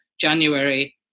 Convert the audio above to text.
January